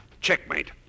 Checkmate